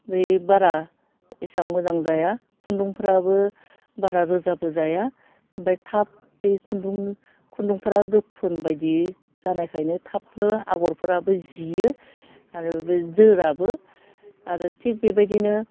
बै बारा एसां मोजां जाया खुन्दुंफ्राबो बारा रोजाबो जाया ओमफाय थाब बे खुन्दुं खुन्दुंफोरा गोफोन बायदि जानायखायनो थाबनो आग'रफ्राबो जियो आरो बे जोराबो आरो थिग बेबायदिनो